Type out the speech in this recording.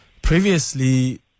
Previously